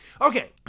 Okay